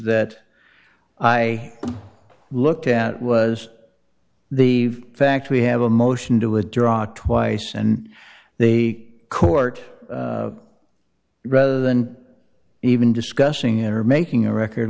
that i looked at was the fact we have a motion to withdraw twice and the court rather than even discussing it or making a record